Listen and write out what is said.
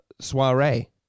soiree